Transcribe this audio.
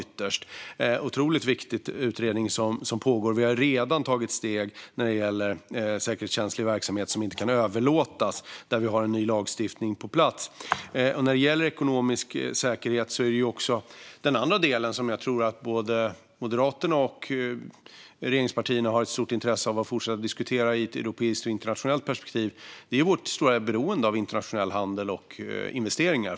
Det är en otroligt viktig utredning som pågår. Vi har redan tagit steg när det gäller säkerhetskänslig verksamhet som inte kan överlåtas. Där har vi en ny lagstiftning på plats. När det gäller ekonomisk säkerhet handlar det också om den andra delen, som jag tror att både Moderaterna och regeringspartierna har ett stort intresse av att fortsätta att diskutera i ett europeiskt och internationellt perspektiv. Det är vårt fortsatt stora beroende av internationell handel och investeringar.